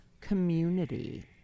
community